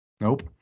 Nope